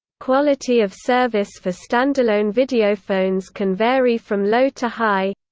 quality of service for standalone videophones can vary from low to high